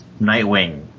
Nightwing